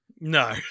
no